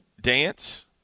dance